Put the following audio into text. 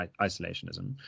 isolationism